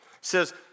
says